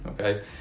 okay